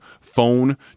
phone